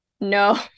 No